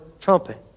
trumpet